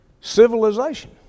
civilization